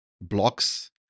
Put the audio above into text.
blocks